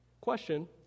Question